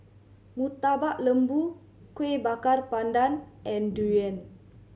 Murtabak Lembu Kueh Bakar Pandan and durian